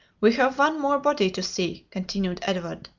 we have one more body to see, continued edward,